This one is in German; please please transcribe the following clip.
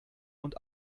und